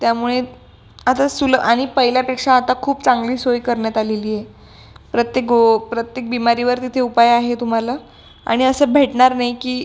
त्यामुळे आता सुलभ आणि पहिल्यापेक्षा आता खूप चांगली सोय करण्यात आलेली आहे प्रत्येक प्रत्येक बिमारीवर तिथे उपाय आहे तुम्हाला आणि असं भेटणार नाही की